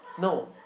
no